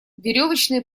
веревочные